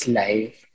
life